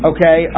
Okay